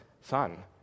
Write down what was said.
son